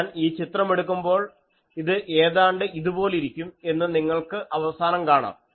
ഞാൻ ഈ ചിത്രം എടുക്കുമ്പോൾ ഇത് ഏതാണ്ട് ഇതുപോലിരിക്കും എന്ന് നിങ്ങൾക്ക് അവസാനം കാണാം